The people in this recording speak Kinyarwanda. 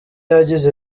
yagize